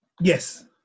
Yes